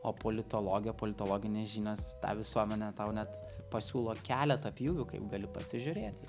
o politologija politologinės žinios tą visuomenę tau net pasiūlo keletą pjūvių kaip gali pasižiūrėti